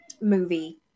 movie